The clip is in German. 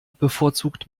bevorzugt